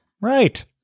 Right